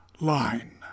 line